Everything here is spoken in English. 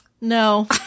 no